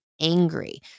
angry